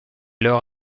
leur